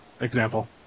example